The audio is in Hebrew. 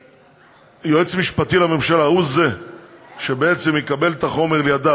שהיועץ המשפטי לממשלה הוא זה שבעצם יקבל את החומר לידיו,